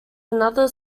another